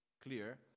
clear